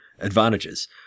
advantages